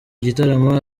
gitaramo